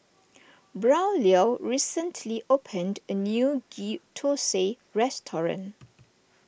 Braulio recently opened a new Ghee Thosai restaurant